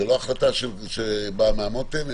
זו לא החלטה שבאה מהמותן,